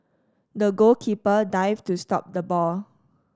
the goalkeeper dived to stop the ball